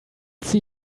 see